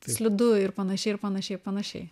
slidu ir panašiai ir panašiai ir panašiai